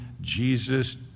Jesus